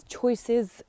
choices